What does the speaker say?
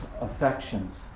affections